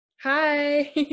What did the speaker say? Hi